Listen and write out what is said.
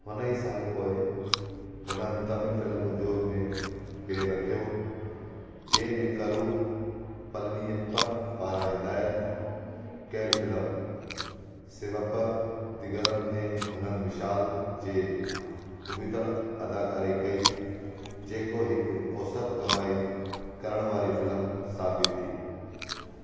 हुन ई साल पोए हुननि तमिल फिलम उ में पेर रखियो जे में करू पलनीअ पन पारा हिदायतु कयल फिलम सिड़प दिगरम में उन्हनि विशाल जे उबतड़ अदाकारी कई जेको हिकु औसत कमाई करण वारी फिलम साबित थी